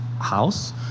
house